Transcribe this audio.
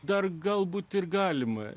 dar galbūt ir galima